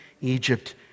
Egypt